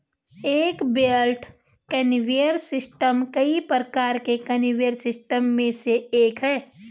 एक belt conveyor system कई प्रकार के कन्वेयर सिस्टम में से एक है